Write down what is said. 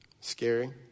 Scary